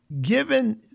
given